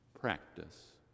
practice